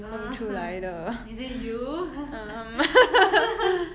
oh is it you